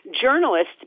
journalists